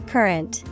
Current